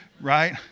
right